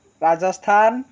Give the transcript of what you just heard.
Rajasthan